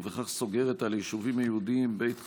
ובכך סוגרת על היישובים היהודיים בית חגי,